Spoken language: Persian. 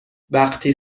وقتی